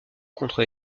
contre